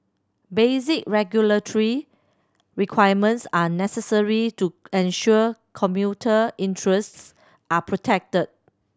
basic regulatory requirements are necessary to ensure commuter interests are protected